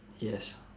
yes